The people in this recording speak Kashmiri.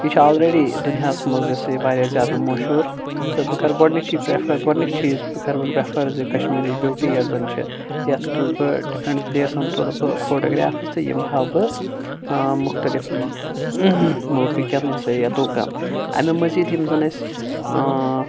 یِہ چھِ آلریڈی دُنیاہَس منٛز واریاہ زیادٕ مہشوٗر تہٕ بہٕ کَرٕ گۄڈنِچِی پرٛیفر گۄڈنِچ چیٖز کَرٕ بہٕ پرٛیفَر زِ کَشمیٖرٕچ بیوٗٹی یۄس زَن چھِ یَتھ تُلہٕ بہٕ ڈِفٕرٮ۪نٛٹ پٔلیسَن تُلہٕ بہٕ فوٹوگرافٕز تہٕ یِم ہاوٕ بہٕ مختلف مُلکہٕ کٮ۪ن یہِ ہسا یہِ لُکن اَمہِ مٔزیٖد یِم زَن اَسہِ